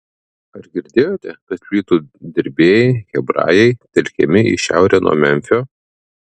ar girdėjote kad plytų dirbėjai hebrajai telkiami į šiaurę nuo memfio